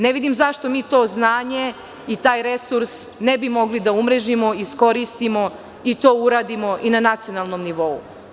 Ne vidim zašto mi to znanje i taj resurs ne bi mogli da umrežimo, iskoristimo i to uradimo na nacionalnom nivou.